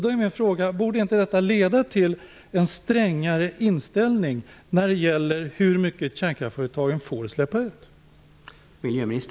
Då är min fråga: Borde inte detta leda till en strängare inställning när det gäller hur mycket kärnkraftföretagen får släppa ut?